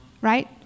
right